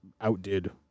outdid